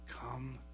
Come